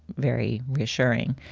very reassuring.